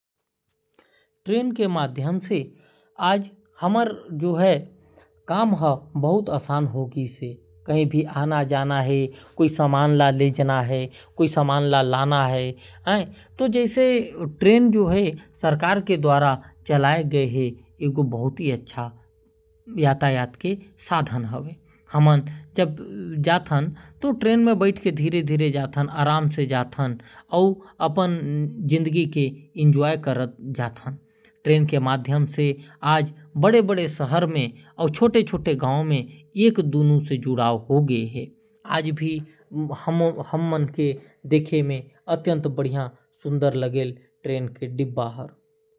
ट्रेन माध्यम से कहीं भी आना जाना संभव है। और ट्रेन के माध्यम से कोई भी समान ल लेजाना है या आना जाना है। ट्रेन सरकार के द्वारा चले जायल। ट्रेन में हमन जात हन तो धीरे धीरे अपन जिंदगी के मजा लेत जात हन आराम से जात हन। ट्रेन से गांव और शहर के जुड़ाव भी होगीस है। और देखे में भी ट्रेन के डब्बा हर बहुत सुंदर लगेल।